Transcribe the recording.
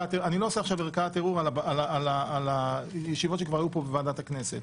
עושה עכשיו ערכת ערעור על הישיבות שכבר היו פה בוועדת הכנסת.